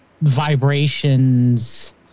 vibrations